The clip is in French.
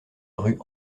rue